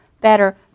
better